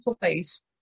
place